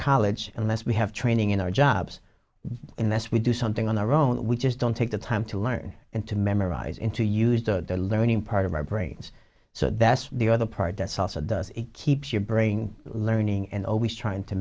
college unless we have training in our jobs in this we do something on our own we just don't take the time to learn and to memorize into used to the learning part of our brains so that's the other part that's also does it keeps your brain learning and always trying to